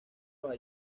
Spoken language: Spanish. nueva